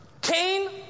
Cain